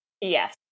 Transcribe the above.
Yes